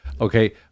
Okay